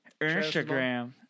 Instagram